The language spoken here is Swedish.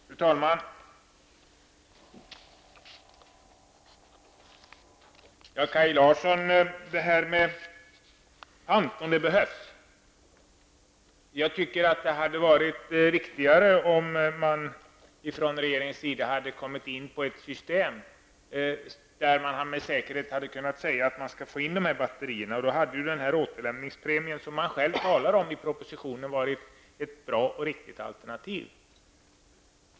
Fru talman! Kaj Larsson säger att ett pantsystem är överlägset. Jag tycker det hade varit bättre om regeringen hade fått fram ett system med hjälp av vilket man säkert kunde säga att batterierna lämnades in. Då hade den återlämningspremie som det talas om i propositionen varit ett bra och riktigt alternativ.